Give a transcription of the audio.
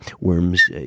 worms